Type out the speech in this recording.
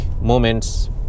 moments